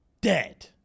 dead